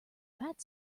fat